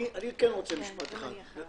אני כן רוצה משפט אחד.